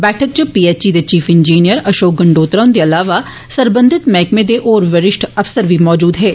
बैठक च P H chief engineer Ashok Gandotra हुंदे इलावा सरबंधत मैह्कमे दे होर वरिश्ठ अफसर बी मजूद हे